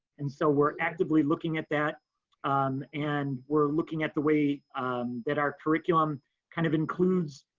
and so we're actively looking at that um and we're looking at the way that our curriculum kind of includes